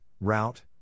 route